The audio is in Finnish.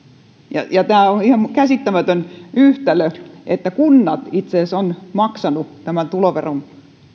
tämä on ihan käsittämätön yhtälö että kunnat itse asiassa ovat maksaneet nämä tuloveron